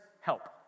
help